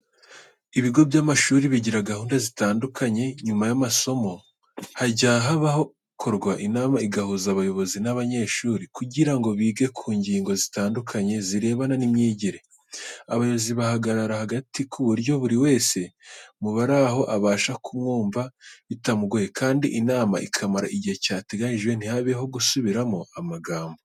Ibigo by'amashuri bigira gahunda zitandukanye, nyuma y'amasomo hajya hakorwa inama igahuza abayobozi n'abanyeshuri kugira ngo bige ku ngingo zitandukanye zirebana n'imyigire. Abayobozi bahagarara hagati ku buryo buri wese mu bari aho abasha kumwumva bitamugoye, kandi inama ikamara igihe cyateganyijwe, ntihabeho gusubiramo amagambo.